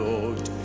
Lord